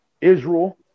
Israel